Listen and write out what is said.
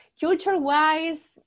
culture-wise